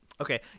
okay